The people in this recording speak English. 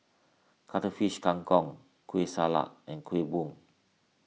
Cuttlefish Kang Kong Kueh Salat and Kuih Bom